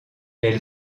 elle